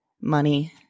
money